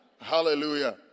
Hallelujah